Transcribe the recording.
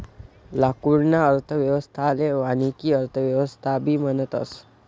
लाकूडना अर्थव्यवस्थाले वानिकी अर्थव्यवस्थाबी म्हणतस